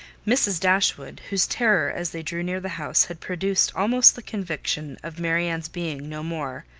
mrs. dashwood, whose terror as they drew near the house had produced almost the conviction of marianne's being no more,